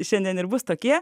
šiandien ir bus tokie